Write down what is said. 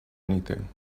anything